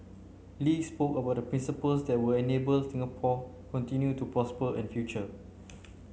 Lee spoke about the principles that will enable Singapore continue to prosper in future